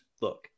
Look